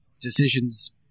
decisions